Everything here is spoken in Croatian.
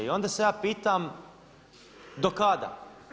I onda se ja pitam - do kada?